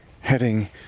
heading